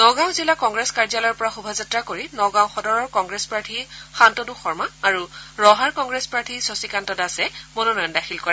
নগাঁও জিলা কংগ্ৰেছ কাৰ্যালয়ৰ পৰা শোভাযাত্ৰা কৰি নগাঁও সদৰৰ কংগ্ৰেছ প্ৰাৰ্থী শান্তনু শৰ্মা আৰু ৰহাৰ কংগ্ৰেছ প্ৰাৰ্থী শশীকান্ত দাসে মনোনয়ন দাখিল কৰে